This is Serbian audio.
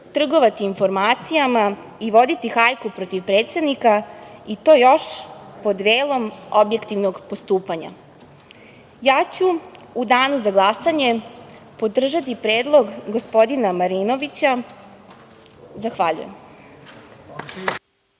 trgovati informacijama i voditi hajku protiv predsednika i to još pod velom objektivnog postupanja. Ja ću u danu za glasanje podržati predlog gospodina Marinovića. Zahvaljujem.